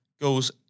goes